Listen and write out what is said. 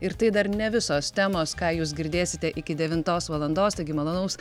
ir tai dar ne visos temos ką jūs girdėsite iki devintos valandos taigi malonaus